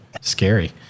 scary